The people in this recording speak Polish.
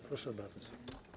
Proszę bardzo.